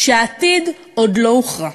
שהעתיד עוד לא הוכרע.